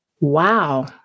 wow